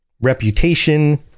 reputation